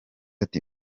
ati